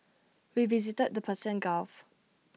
we visited the Persian gulf